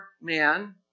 man